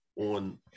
on